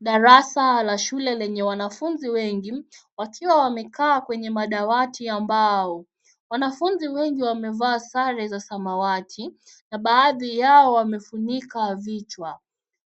Darasa la shule lenye wanafunzi wengi, wakiwa wamekaa kwa madawati ya mbao. Wanafunzi wengi wamevaa sare za samawati, na baadhi yao wamefunika vichwa.